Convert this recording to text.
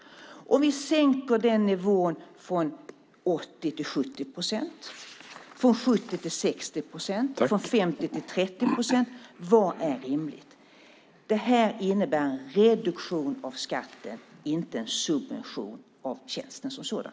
Om vi sänker nivån från 80 till 70 procent, från 70 till 60 procent, från 50 till 30 procent - vad är rimligt? Det här innebär en reduktion av skatten, inte en subvention av tjänsten som sådan.